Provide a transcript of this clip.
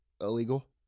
illegal